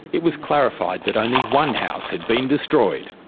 it was clarified that only one house had been destroyed.